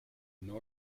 new